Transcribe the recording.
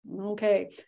Okay